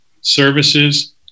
services